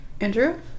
Andrew